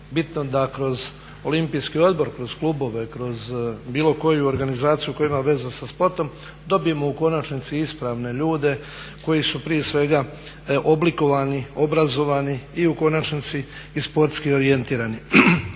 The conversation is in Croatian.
bitno da kroz Olimpijski odbor kroz klubove, kroz bilo koju organizaciju koja ima veze sa sportom dobijemo u konačnici ispravne ljude koji su prije svega oblikovani, obrazovani i u konačnici i sportski orijentirani.